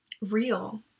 real